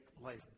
life